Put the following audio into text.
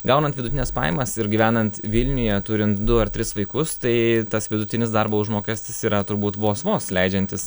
gaunant vidutines pajamas ir gyvenant vilniuje turint du ar tris vaikus tai tas vidutinis darbo užmokestis yra turbūt vos vos leidžiantis